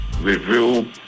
review